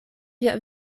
via